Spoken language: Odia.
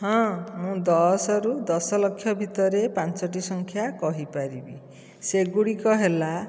ହଁ ମୁଁ ଦଶରୁ ଦଶଲକ୍ଷ ଭିତରେ ପାଞ୍ଚୋଟି ସଂଖ୍ୟା କହିପାରିବି ସେଗୁଡ଼ିକ ହେଲା